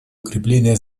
укрепления